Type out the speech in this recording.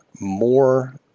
more